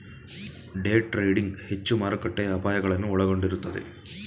day trading ಹೆಚ್ಚು ಮಾರುಕಟ್ಟೆಯ ಅಪಾಯಗಳನ್ನು ಒಳಗೊಂಡಿರುತ್ತದೆ